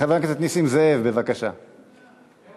חבר